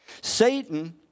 Satan